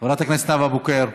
חברת הכנסת נאוה בוקר.